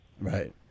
Right